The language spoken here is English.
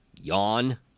yawn